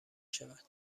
شود